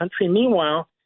Meanwhile